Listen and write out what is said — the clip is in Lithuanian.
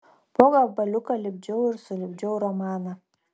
po gabaliuką lipdžiau ir sulipdžiau romaną